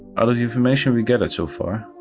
out of the information we gathered so far,